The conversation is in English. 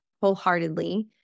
wholeheartedly